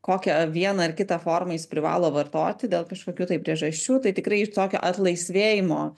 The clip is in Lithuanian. kokią vieną ar kitą formą jis privalo vartoti dėl kažkokių tai priežasčių tai tikrai tokio atlaisvėjimo